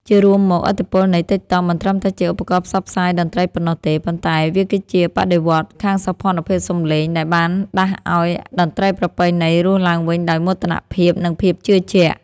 ជារួមមក ឥទ្ធិពលនៃ TikTok មិនត្រឹមតែជាឧបករណ៍ផ្សព្វផ្សាយតន្ត្រីប៉ុណ្ណោះទេ ប៉ុន្តែវាគឺជាបដិវត្តន៍ខាងសោភ័ណភាពសម្លេង ដែលបានដាស់ឱ្យតន្ត្រីប្រពៃណី រស់ឡើងវិញដោយមោទនភាព និងភាពជឿជាក់។